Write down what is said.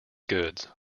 goods